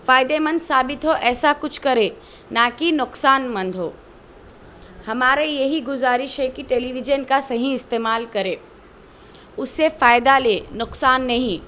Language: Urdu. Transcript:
فائدہ مند ثابت ہو ایسا کچھ کرے نہ کہ نقصان مند ہو ہمارے یہی گزارش ہے کہ ٹیلی ویژن کا صحیح استعمال کرے اس سے فائدہ لے نقصان نہیں